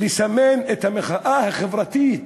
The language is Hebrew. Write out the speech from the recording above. לסמן את המחאה החברתית